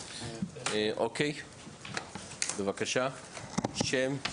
אוקיי, בבקשה, שם.